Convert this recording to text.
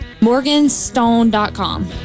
Morganstone.com